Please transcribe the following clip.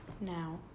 Now